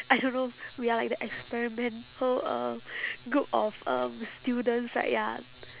I don't know we are like the experimental uh group of um students right ya